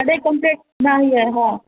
कॾैं कम्पलेंट न आई हा